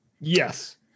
Yes